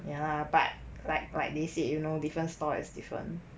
ya but like like they said you know different store is different